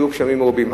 לגשמים מרובים.